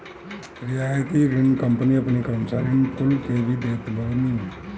रियायती ऋण कंपनी अपनी कर्मचारीन कुल के भी देत बानी